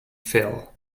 fell